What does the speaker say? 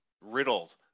riddled